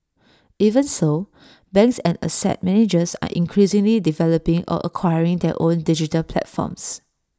even so banks and asset managers are increasingly developing or acquiring their own digital platforms